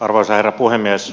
arvoisa herra puhemies